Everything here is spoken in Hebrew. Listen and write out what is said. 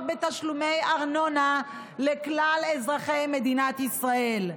בתשלומי ארנונה לכלל אזרחי מדינת ישראל.